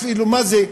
אפילו מה זה,